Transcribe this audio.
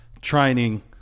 Training